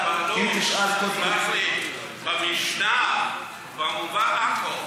סלח לי, במשנה מובא: עכו.